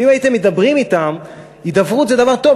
ואם הייתם מידברים אתם, הידברות זה דבר טוב.